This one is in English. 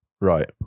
Right